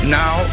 now